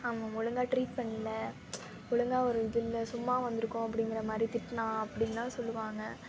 அவங்க ஒழுங்காக ட்ரீட் பண்ணல ஒழுங்காக ஒரு இது இல்லை சும்மா வந்து இருக்கோம் அப்படிங்கிற மாதிரி திட்டினா அப்படின்லாம் சொல்லுவாங்க